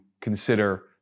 consider